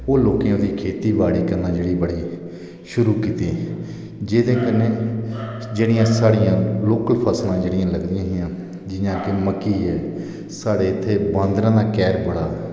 ओह् लोकें गी ओहदी खेती बाड़ी करना शुरु कीती ही जेहदे कन्नै कन्नै जेहडियां साढ़ियां उ'ऐ फसलां जेहडियां लगदियां हियां जियां के मक्की ऐ साढ़े इत्थै बांदरे दा कैह्र बड़ा